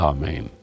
Amen